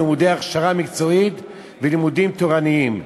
לימודי הכשרה מקצועית ולימודים תורניים.